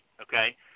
okay